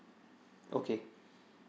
okay